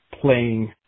playing